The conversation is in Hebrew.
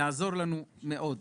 וזה יעזור לנו מאוד.